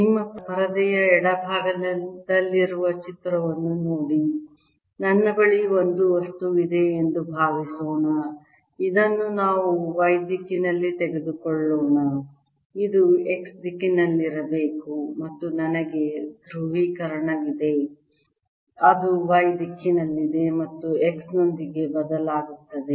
ನಿಮ್ಮ ಪರದೆಯ ಎಡಭಾಗದಲ್ಲಿರುವ ಚಿತ್ರವನ್ನು ನೋಡಿ ನನ್ನ ಬಳಿ ಒಂದು ವಸ್ತು ಇದೆ ಎಂದು ಭಾವಿಸೋಣ ಇದನ್ನು ನಾವು Y ದಿಕ್ಕಿನಲ್ಲಿ ತೆಗೆದುಕೊಳ್ಳೋಣ ಇದು X ದಿಕ್ಕಿನಲ್ಲಿರಬೇಕು ಮತ್ತು ನನಗೆ ಧ್ರುವೀಕರಣವಿದೆ ಅದು Y ದಿಕ್ಕಿನಲ್ಲಿದೆ ಮತ್ತು X ನೊಂದಿಗೆ ಬದಲಾಗುತ್ತದೆ